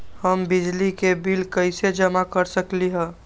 हम बिजली के बिल कईसे जमा कर सकली ह?